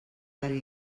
del